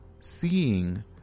seeing